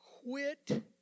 Quit